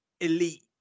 elite